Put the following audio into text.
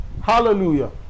Hallelujah